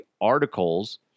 articles